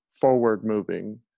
forward-moving